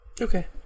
Okay